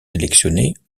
sélectionnées